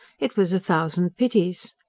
it was a thousand pities.